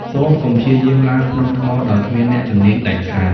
សូមកុំព្យាយាមឡើងភ្នំថ្មដោយគ្មានអ្នកជំនាញដាច់ខាត។